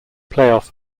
playoff